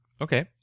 Okay